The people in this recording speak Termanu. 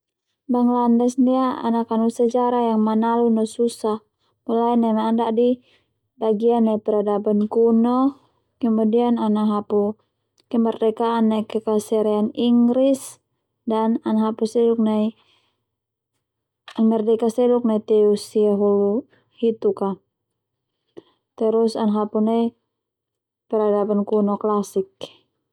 Bangladesh ndia ana kanu sejarah yang manalu no susah mulai neme ana da'di bagian nai peradaban kuno kemudian ana hapu kemerdekaan nai kekaiseran inggris dan ana hapu seluk nai merdeka seluk nai teuk me teu sehu pitu ka terus ana hapu nai peradaban kuno klasik.